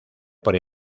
por